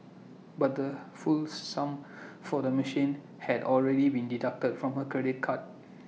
but the full sum for the machine had already been deducted from her credit card